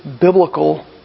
biblical